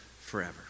forever